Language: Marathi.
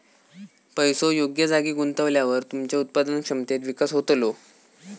पैसो योग्य जागी गुंतवल्यावर तुमच्या उत्पादन क्षमतेत विकास होतलो